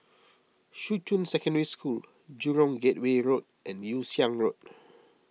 Shuqun Secondary School Jurong Gateway Road and Yew Siang Road